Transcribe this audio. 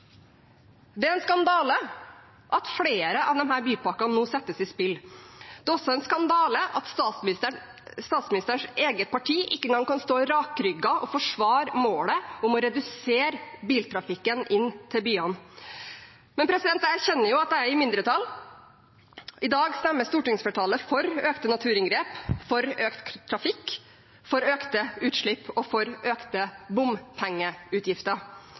Det er en skandale at flere av disse bypakkene nå settes i spill. Det er også en skandale at statsministerens eget parti ikke engang kan stå rakrygget og forsvare målet om å redusere biltrafikken inn til byene. Jeg erkjenner at jeg er i mindretall. I dag stemmer stortingsflertallet for økte naturinngrep, for økt trafikk, for økte utslipp og for økte bompengeutgifter.